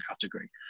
category